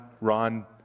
Ron